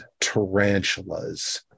tarantulas